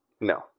No